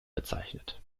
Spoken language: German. bezeichnet